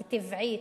כטבעית,